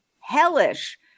hellish